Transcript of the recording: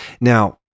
Now